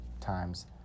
times